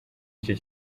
icyo